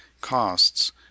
costs